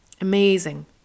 Amazing